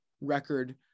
record